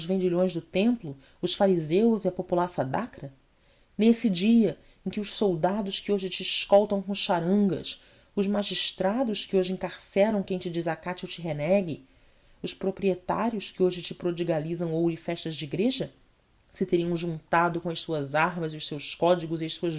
vendilhões do templo os fariseus e a populaça de acra nesse dia em que os soldados que hoje te escoltam com charangas os magistrados que hoje encarceram quem te desacate ou te renegue os proprietários que hoje te prodigalizam ouro e festas de igreja se teriam juntado com as suas armas e os seus códigos e as suas